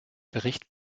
bericht